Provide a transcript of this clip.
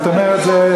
זאת אומרת,